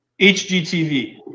HGTV